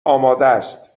آمادست